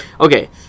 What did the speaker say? Okay